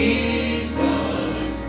Jesus